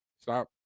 stop